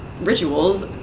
rituals